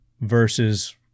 versus